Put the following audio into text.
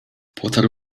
potarł